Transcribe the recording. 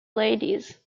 ladies